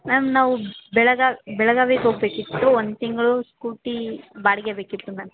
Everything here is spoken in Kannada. ಮ್ಯಾಮ್ ನಾವು ಬೆಳಗಾವಿ ಬೆಳಗಾವಿಗೆ ಹೋಗಬೇಕಿತ್ತು ಒಂದು ತಿಂಗಳು ಸ್ಕೂಟಿ ಬಾಡಿಗೆ ಬೇಕಿತ್ತು ಮ್ಯಾಮ್